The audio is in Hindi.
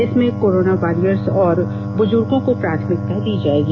इसमें कोरोना वॉरियर्स और बुजुर्गों को प्राथमिकता दी जायेगी